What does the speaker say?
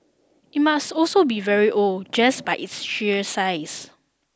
it must also be very old just by its sheer size